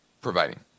providing